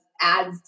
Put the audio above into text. ads